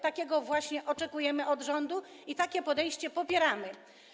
Takiego podejścia właśnie oczekujemy od rządu i takie podejście popieramy.